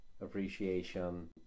appreciation